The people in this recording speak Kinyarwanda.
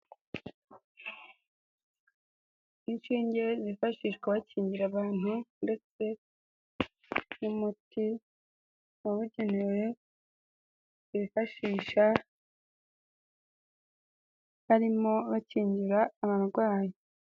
Inshinge zifashishwa bakingira abantu ndetse n'umuti wabugenewe bifashisha barimo bakingira abarwayi.